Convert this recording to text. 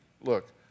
Look